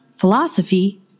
Philosophy